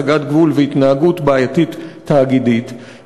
הסגת גבול והתנהגות תאגידית בעייתית,